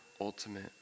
ultimate